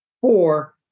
four